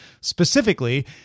Specifically